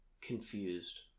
confused